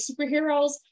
superheroes